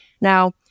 Now